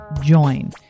join